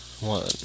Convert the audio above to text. one